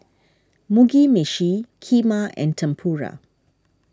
Mugi Meshi Kheema and Tempura